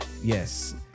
Yes